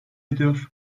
ediyor